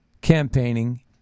campaigning